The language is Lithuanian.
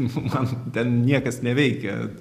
nu man ten niekas neveikia